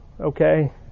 okay